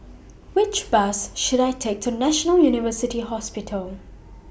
Which Bus should I Take to National University Hospital